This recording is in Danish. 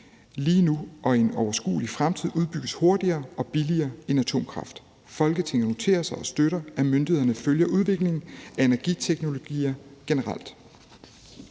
lige nu og i en overskuelig fremtid udbygges hurtigere og billigere end atomkraft. Folketinget noterer sig og støtter, at myndighederne følger udviklingen af energiteknologier generelt.«